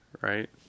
right